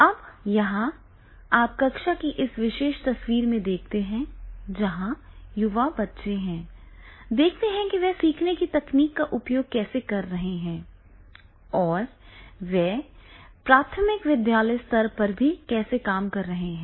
अब यहाँ आप कक्षा की इस विशेष तस्वीर में देखते हैं जहाँ युवा बच्चे हैं देखते हैं कि वे सीखने में तकनीक का उपयोग कैसे कर रहे हैं और वे इस प्राथमिक विद्यालय स्तर पर भी कैसे काम कर रहे हैं